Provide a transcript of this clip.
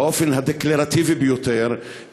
באופן הדקלרטיבי ביותר,